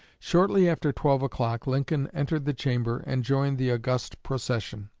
shortly after twelve o'clock, lincoln entered the chamber and joined the august procession,